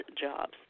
jobs